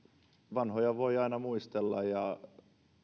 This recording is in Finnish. vanhoja voi aina muistella ja